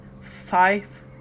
five